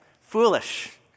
Foolish